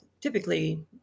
typically